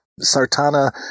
Sartana